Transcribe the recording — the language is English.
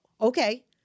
Okay